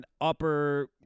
upper